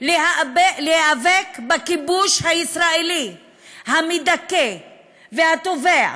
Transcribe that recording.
להיאבק בכיבוש הישראלי המדכא והטובח,